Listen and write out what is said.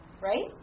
right